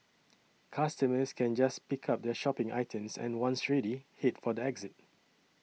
customers can just pick up their shopping items and once ready head for the exit